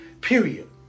period